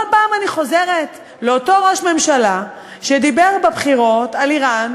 כל פעם אני חוזרת לאותו ראש ממשלה שדיבר בבחירות על איראן,